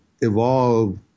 evolve